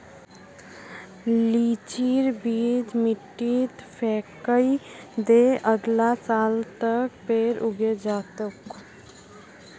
लीचीर बीज मिट्टीत फेकइ दे, अगला साल तक पेड़ उगे जा तोक